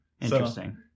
Interesting